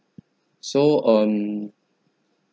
so um